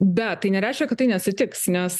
bet tai nereiškia kad tai neatsitiks nes